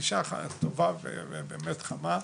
היא אישה טובה ובאמת חמה,